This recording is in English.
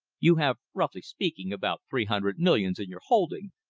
you have, roughly speaking, about three hundred millions in your holding,